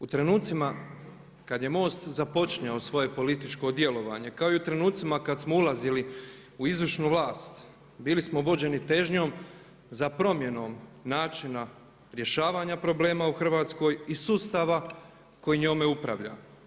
U trenucima kad je MOST započinjao svoje političko djelovanje kao i u trenucima kad smo ulazili u izvršnu vlast bili smo vođeni težnjom za promjenom načina rješavanja problema u Hrvatskoj i sustava koji njome upravlja.